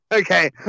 Okay